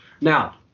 Now